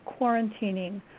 quarantining